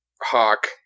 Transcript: Hawk